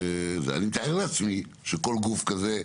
אני מתאר לעצמי שכל גוף כזה,